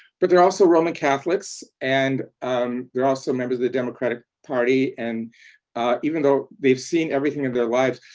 but they're also roman catholics. and um they're also members of the democratic party. and even though they've seen everything in their lives,